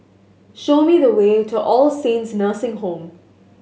show me the way to All Saints Nursing Home